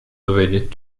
dowiedzieć